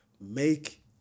make